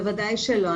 בוודאי שלא,